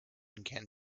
can